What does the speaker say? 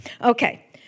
Okay